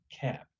Cap